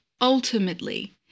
Ultimately